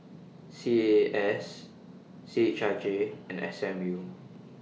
C A A S C H I J and S M U